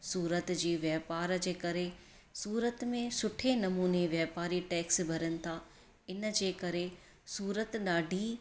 सूरत जी वापार जे करे सूरत में सुठे नमूने वापारी टैक्स भरनि था इन जे करे सूरत ॾाढी